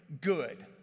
good